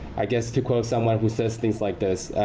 i guess to quote someone who says things like this,